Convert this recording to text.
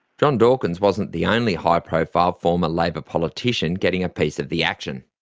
john dawkins wasn't the only high profile former labor politician getting a piece of the action.